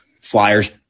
Flyers